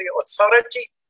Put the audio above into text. Authority